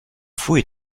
pfui